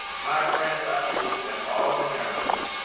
my friends, i believe that all americans,